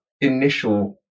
initial